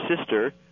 sister